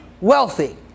wealthy